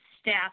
staff